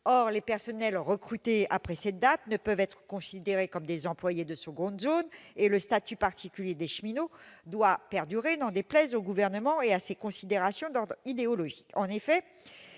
Or les personnels recrutés après cette date ne devraient pas être considérés comme des employés de seconde zone et le statut particulier des cheminots doit perdurer- n'en déplaise au Gouvernement et à ses considérations d'ordre idéologique